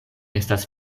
estas